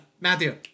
Matthew